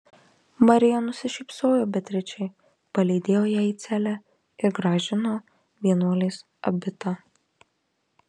marija nusišypsojo beatričei palydėjo ją į celę ir grąžino vienuolės abitą